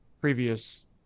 previous